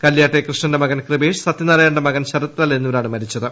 കല്യോട്ടേ കൃഷ്ണന്റെ മകൻ കൃപേഷ്സത്യനാരായണന്റെ മകൻ ശരത്ലാൽഎന്നിവരാണ് മരിച്ചത്